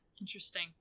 Interesting